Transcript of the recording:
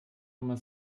nummer